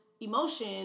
emotion